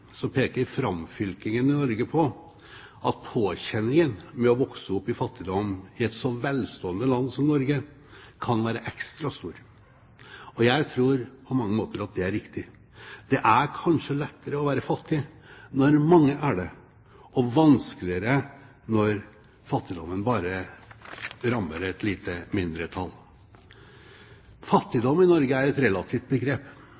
så velstående land som Norge kan være ekstra stor. Jeg tror på mange måter det er riktig. Det er kanskje lettere å være fattig når mange er det, og vanskeligere når fattigdommen bare rammer et lite mindretall. Fattigdom i Norge er et relativt begrep.